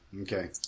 Okay